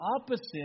opposite